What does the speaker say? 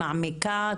מעמיקה,